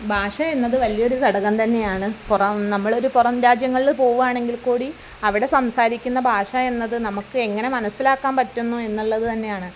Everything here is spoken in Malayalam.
ഭാഷയെന്നത് വലിയൊരു ഘടകം തന്നെയാണ് പുറം നമ്മളൊരു പുറം രാജ്യങ്ങളിൽ പോകുവാണെങ്കിൽ കൂടി അവിടെ സംസാരിക്കുന്ന ഭാഷ എന്നത് നമുക്ക് എങ്ങനെ മനസിലാക്കാൻ പറ്റുന്നു എന്നുള്ളത് തന്നെയാണ്